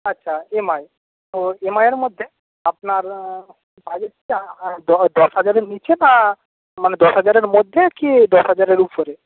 আচ্ছা এমআই তো এমআইয়ের মধ্যে আপনার বাজেটটা দশ দশ হাজারের নিচে না মানে দশ হাজারের মধ্যে কি দশ হাজারের উপরে